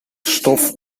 stof